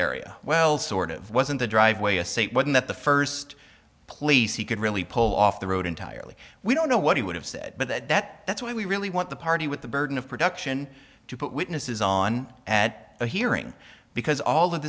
area well sort of was in the driveway a say in that the first place he could really pull off the road entirely we don't know what he would have said but that that's why we really want the party with the burden of production to put witnesses on at a hearing because all of